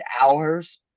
hours